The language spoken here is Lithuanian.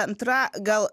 antra gal